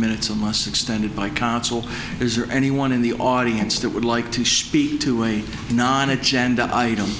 minutes of must extend it by counsel is there anyone in the audience that would like to speak to a non agenda item